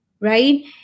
right